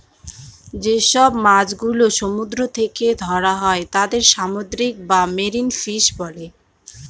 যেসব মাছ গুলো সমুদ্র থেকে ধরা হয় তাদের সামুদ্রিক বা মেরিন ফিশ বলে